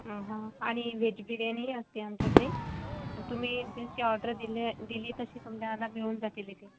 हा आणि व्हेज बिर्याणीही असते आमच्याकडे तुम्ही जशी ऑर्डर दिले दिली तशी तुम्हाला मिळून जातील एक एक